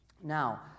Now